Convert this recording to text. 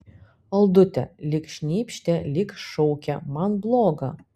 aldute lyg šnypštė lyg šaukė man bloga